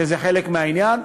שהוא חלק מהעניין.